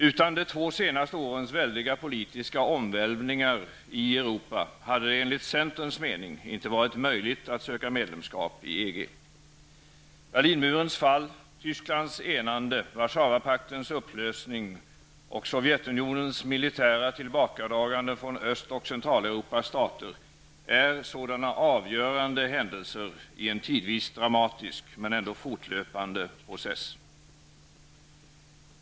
Utan de två senaste årens väldiga politiska omvälvningar i Europa hade det enligt centerns mening inte varit möjligt att söka medlemskap i Centraleuropas stater är sådana avgörande händelser i en tidvis dramatisk, men ändå fortlöpande process.